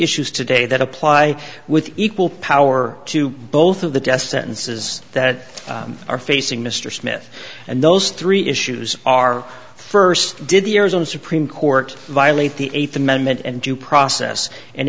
issues today that apply with equal power to both of the death sentences that are facing mr smith and those three issues are first did the arizona supreme court violate the eighth amendment and due process and